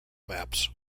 maps